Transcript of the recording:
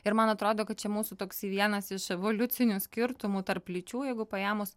ir man atrodo kad čia mūsų toks vienas iš evoliucinių skirtumų tarp lyčių jeigu paėmus